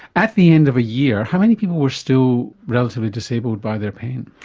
at the end of a year, how many people were still relatively disabled by their pain?